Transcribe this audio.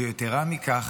ויתרה מזו,